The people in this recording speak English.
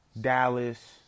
Dallas